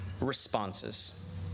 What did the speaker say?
responses